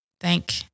Thank